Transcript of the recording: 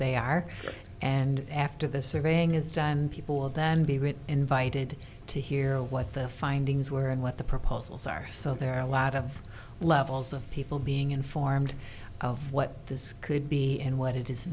they are and after the surveying is done people have then be invited to hear what their findings were and what the proposals are so there are a lot of levels of people being informed of what this could be and what it is